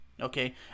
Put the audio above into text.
okay